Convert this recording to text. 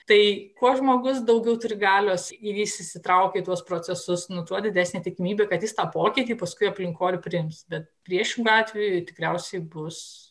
tai kuo žmogus daugiau turi galios ir jis įsitraukia į tuos procesus nu tuo didesnė tikimybė kad jis tą pokytį paskui aplinkoj ir priims bet priešingu atveju tikriausiai bus